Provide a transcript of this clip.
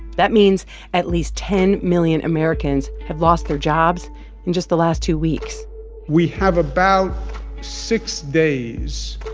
that means at least ten million americans have lost their jobs in just the last two weeks we have about six days